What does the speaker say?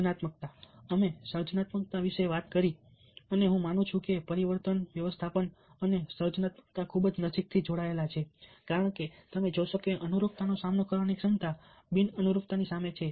સર્જનાત્મકતા અમે સર્જનાત્મકતા વિશે વાત કરી અને હું માનું છું કે પરિવર્તનવ્યવસ્થાપન અને સર્જનાત્મકતા ખૂબ જ નજીકથી જોડાયેલા છે કારણ કે તમે જોશો કે અનુરૂપતાનો સામનો કરવાની ક્ષમતા બિન અનુરૂપતાની સામે છે